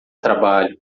trabalho